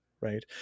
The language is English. Right